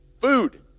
Food